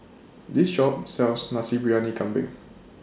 This Shop sells Nasi Briyani Kambing